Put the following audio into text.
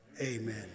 amen